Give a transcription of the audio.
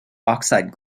oxide